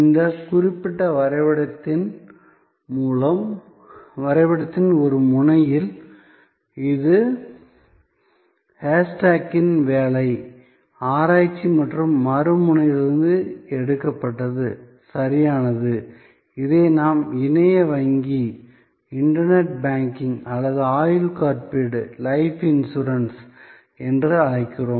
இந்த குறிப்பிட்ட வரைபடத்தின் ஒரு முனையில் இது லின் ஷோஸ்டாக் வேலை ஆராய்ச்சி மற்றும் மறு முனையில் இருந்து எடுக்கப்பட்டது சரியானது இதை நாம் இணைய வங்கி அல்லது ஆயுள் காப்பீடு என்று அழைக்கிறோம்